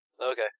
Okay